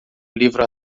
livro